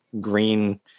green